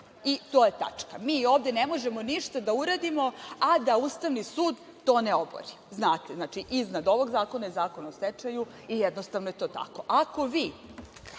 I to je tačka. Mi ovde ne možemo ništa da uradimo a da Ustavni sud to ne obori. Znate, iznad ovog zakona je Zakon o stečaju i jednostavno je to tako. Ako